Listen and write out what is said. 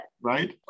Right